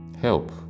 Help